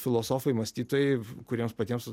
filosofai mąstytojai kuriems patiems